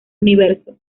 universo